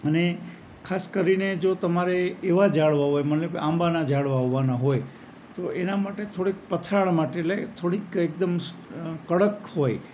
અને ખાસ કરીને જો તમારે એવા ઝાડ વાવવાના હોય મને કે આંબાના ઝાડવા આવવાના હોય તો એના માટે થોડીક પથરાળ માટી થોડીક એકદમ કડક હોય એવી